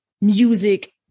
music